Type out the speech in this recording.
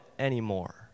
anymore